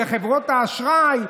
בחברות האשראי.